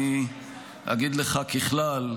אני אגיד לך ככלל,